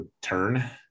turn